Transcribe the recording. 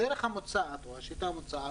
הדרך המוצעת או השיטה המוצעת,